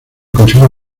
consejo